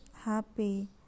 happy